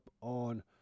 on